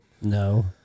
No